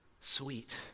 sweet